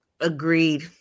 Agreed